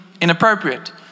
inappropriate